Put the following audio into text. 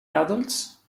adults